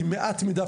עם מעט מידע.